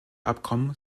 abkommen